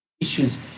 issues